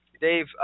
Dave